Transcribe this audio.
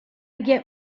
get